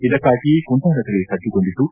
ಇದಕ್ಕಾಗಿ ಕುಂದಾನಗರಿ ಸಜ್ಜುಗೊಂಡಿದ್ದು